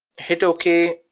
hit okay,